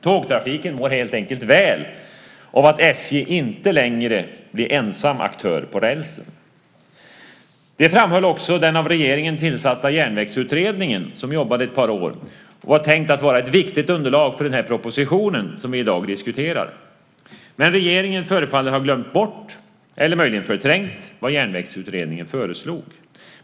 Tågtrafiken mår helt enkelt väl av att SJ inte längre blir ensam aktör på rälsen. Det framgår också av den av regeringen tillsatta Järnvägsutredningen, som jobbade ett par år och var tänkt att vara ett viktigt underlag för den proposition som vi i dag diskuterar. Men regeringen förefaller ha glömt bort eller möjligen förträngt vad Järnvägsutredningen föreslog.